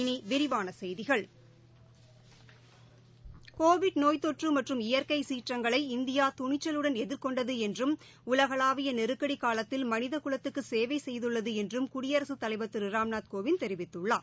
இனி விரிவான செய்திகள் கோவிட் நோய் தொற்று மற்றும் இயற்கை சீற்றங்களை இந்தியா துணிச்சலுடன எதிர்கொண்டது என்றும் உலகளாவிய நெருக்ஷடி காலத்தில் மனித குலத்துக்கு சேவை செய்துள்ளது என்றும் குடியரசுத் தலைவர் திரு ராம்நாத் கோவிந்த் தெரிவித்துள்ளார்